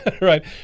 right